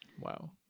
wow